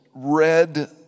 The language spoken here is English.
read